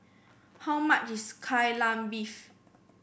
how much is Kai Lan Beef